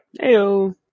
Heyo